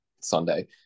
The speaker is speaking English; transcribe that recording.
Sunday